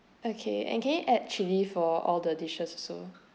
okay and can you add chilli for all the dishes also